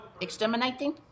exterminating